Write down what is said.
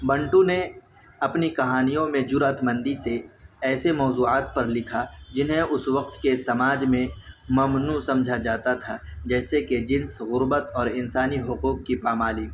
منٹو نے اپنی کہانیوں میں جرأت مندی سے ایسے موضوعات پر لکھا جنہیں اس وقت کے سماج میں ممنوع سمجھا جاتا تھا جیسے کہ جنس غربت اور انسانی حقوق کی پامالی